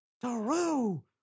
True